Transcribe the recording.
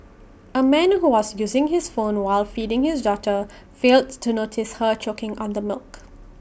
A man who was using his phone while feeding his daughter failed to notice her choking on the milk